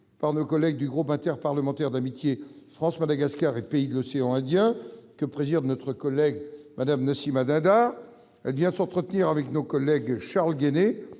par nos collègues du groupe interparlementaire d'amitié France-Madagascar et pays de l'océan Indien, que préside Mme Nassimah Dindar. La délégation vient de s'entretenir avec nos collègues Charles Guené,